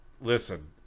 listen